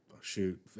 shoot